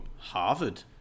Harvard